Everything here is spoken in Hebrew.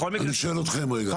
אני שואל אתכם רגע?